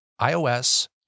iOS